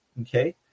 Okay